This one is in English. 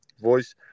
voice